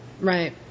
Right